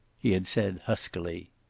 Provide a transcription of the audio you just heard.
he had said, huskily.